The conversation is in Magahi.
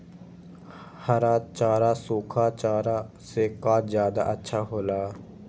हरा चारा सूखा चारा से का ज्यादा अच्छा हो ला?